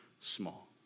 small